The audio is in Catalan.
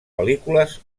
pel·lícules